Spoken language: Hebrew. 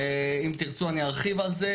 אם תירצו אני ארחיב על זה.